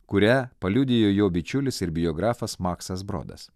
kurią paliudijo jo bičiulis ir biografas maksas brodas